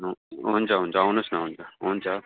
हुन्छ हुन्छ आउनुहोस् न हुन्छ हुन्छ